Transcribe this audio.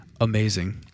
amazing